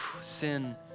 sin